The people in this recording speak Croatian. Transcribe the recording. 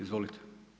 Izvolite.